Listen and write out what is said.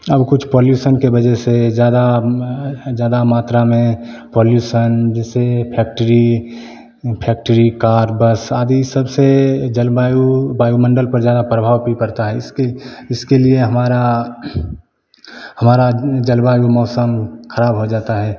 अब कुछ पोलुशन की वजह से ज़्यादा में ज़्यादा मात्रा में पोलुशन जिससे फैक्ट्री फैक्ट्री कार बस आदि सबसे जलवायु वायुमंडल पर ज़्यादा प्रभाव भी पड़ता है इस इसके लिए हमारा हमारा जलवायु मौसम ख़राब हो जाता है